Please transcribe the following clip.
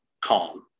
calm